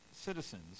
citizens